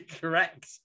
correct